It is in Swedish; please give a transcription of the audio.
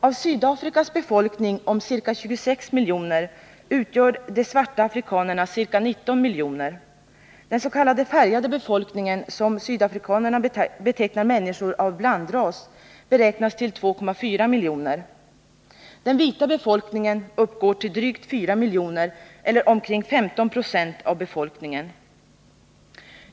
Av Sydafrikas befolkning om ca 26 miljoner människor utgör de svarta afrikanerna ca 19 miljoner. Den s.k. färgade befolkningen, som sydafrikanerna betecknar människor av blandras, beräknas till 2,4 miljoner. Den vita befolkningen uppgår till drygt 4 miljoner eller omkring 15 26 av befolkningen.